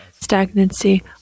stagnancy